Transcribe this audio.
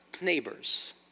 neighbors